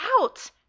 out